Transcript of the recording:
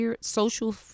social